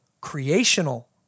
creational